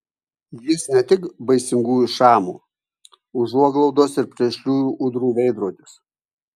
jis ne tik baisingųjų šamų užuoglaudos ir plėšriųjų ūdrų veidrodis